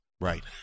Right